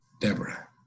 Deborah